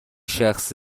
شخص